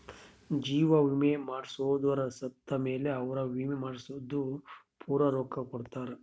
ಜೀವ ವಿಮೆ ಮಾಡ್ಸದೊರು ಸತ್ ಮೇಲೆ ಅವ್ರ ವಿಮೆ ಮಾಡ್ಸಿದ್ದು ಪೂರ ರೊಕ್ಕ ಕೊಡ್ತಾರ